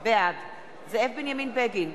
בעד זאב בנימין בגין,